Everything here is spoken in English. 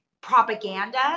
propaganda